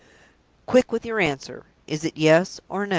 quick with your answer! is it yes or no?